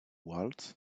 waltz